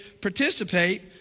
participate